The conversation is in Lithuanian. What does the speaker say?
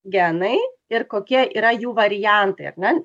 genai ir kokie yra jų variantai ar ne